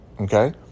okay